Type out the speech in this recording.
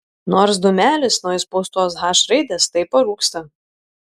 nors dūmelis nuo įspaustos h raidės tai parūksta